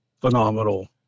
phenomenal